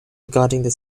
regarding